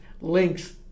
links